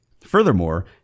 Furthermore